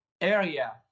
area